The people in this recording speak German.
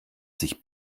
sich